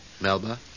Melba